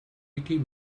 micky